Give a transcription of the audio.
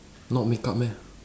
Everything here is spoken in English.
not makeup meh